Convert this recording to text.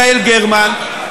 יעל גרמן,